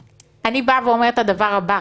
נבהיר את זה בנוסח,